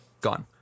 gone